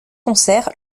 concert